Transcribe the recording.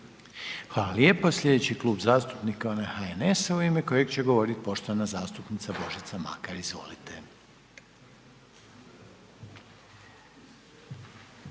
Hvala lijepo. Slijedeći Klub zastupnika je onaj HNS-a u ime kojeg će govorit poštovana zastupnica Božica Makar. Izvolite.